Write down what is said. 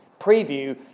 preview